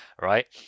right